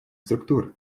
структур